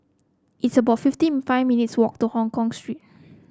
it's about fifty five minutes' walk to Hongkong Street